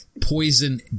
poison